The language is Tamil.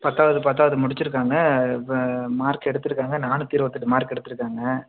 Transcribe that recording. பத்தாவது பத்தாவது முடிச்சிருக்காங்க இப்போ மார்க் எடுத்துருக்காங்க நானூற்றி இருபத்தெட்டு மார்க் எடுத்துருக்காங்க